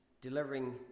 delivering